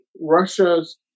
Russia's